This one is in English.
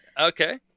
Okay